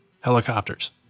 helicopters